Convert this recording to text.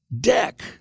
deck